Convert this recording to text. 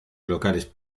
locales